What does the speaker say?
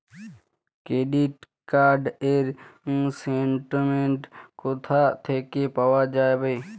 Credit card র statement কোথা থেকে পাওয়া যাবে?